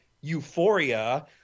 Euphoria